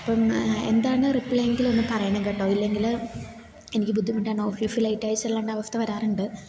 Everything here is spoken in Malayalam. അപ്പം എന്താണ് റിപ്ലൈ എങ്കില് ഒന്ന് പറയണം കേട്ടോ ഇല്ലെങ്കില് എനിക്ക് ബുദ്ധിമുട്ടാണ് ഓഫിസിൽ ലേറ്റ് ആയി ചെല്ലേണ്ട അവസ്ഥ വരാറുണ്ട്